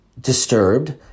disturbed